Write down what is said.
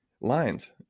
lines